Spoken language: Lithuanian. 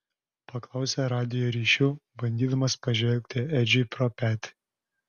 paklausė radijo ryšiu bandydamas pažvelgti edžiui pro petį